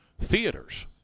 theaters